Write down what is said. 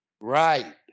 Right